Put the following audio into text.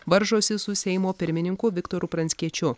varžosi su seimo pirmininku viktoru pranckiečiu